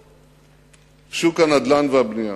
ללא שוק הנדל"ן והבנייה.